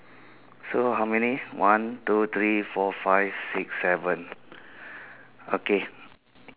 so how many one two three four five six seven okay